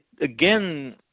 again